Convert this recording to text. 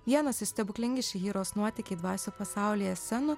vienas iš stebuklingi šihiros nuotykiai dvasių pasaulyje scenų